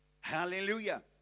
Hallelujah